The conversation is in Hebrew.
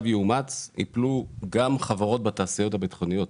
יאומץ יפלו גם חברות בתעשיות הביטחוניות.